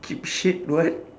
keep shit what